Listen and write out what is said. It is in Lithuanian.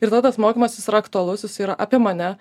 ir tada tas mokymasis yra aktualus jisai yra apie mane